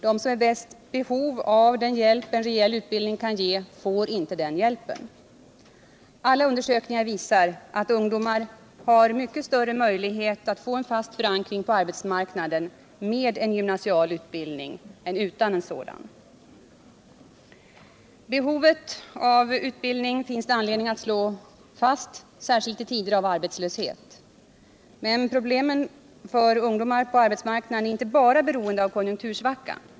De som är i störst behov av den hjälp som en rejäl utbildning kan ge får inte den hjälpen. Alla undersökningar visar att ungdomarna har mycket större möjligheter att få fast förankring på arbetsmarknaden med en gymnasial utbildning än utan en sådan. Behovet av utbildning finns det anledning att slå fast, särskilt i tider av arbetslöshet. Men problemen för ungdomar på arbetsmarknaden är inte bara beroende av konjunktursvackan.